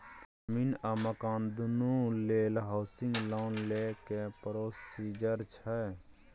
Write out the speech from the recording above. जमीन आ मकान दुनू लेल हॉउसिंग लोन लै के की प्रोसीजर छै?